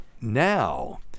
Now